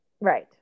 Right